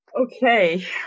okay